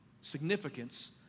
Significance